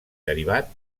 derivat